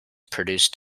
produced